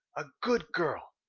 a good girl.